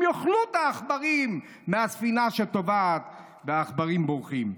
הם יאכלו את העכברים מהספינה שטובעת והעכברים בורחים.